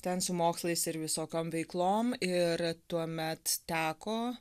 ten su mokslais ir visokiom veiklom ir tuomet teko